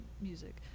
music